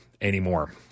anymore